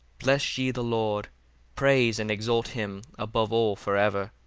bless ye the lord praise and exalt him above all for ever,